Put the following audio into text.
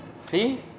See